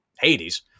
Hades